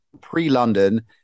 pre-london